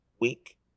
week